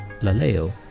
Laleo